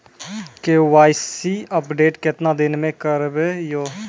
KYC update केतना दिन मे करेबे यो?